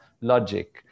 logic